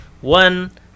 one